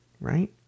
right